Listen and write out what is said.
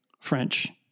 French